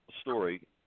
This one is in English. story